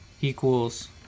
equals